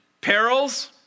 Perils